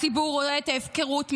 הציבור רואה את ההפקרות,